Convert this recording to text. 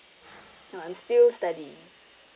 oh I'm still studying